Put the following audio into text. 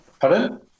Pardon